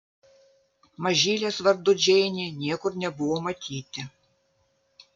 mažylės vardu džeinė niekur nebuvo matyti